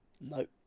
No